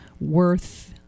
worth